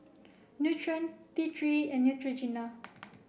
Nutren T three and Neutrogena